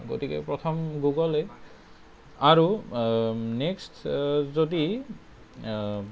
গতিকে প্ৰথম গুগলেই আৰু নেক্সট যদি